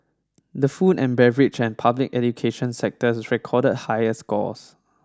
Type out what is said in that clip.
the food and beverage and public education sectors recorded higher scores